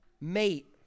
mate